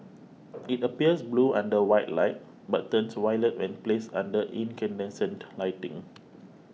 it appears blue under white light but turns violet when placed under incandescent lighting